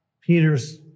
Peter's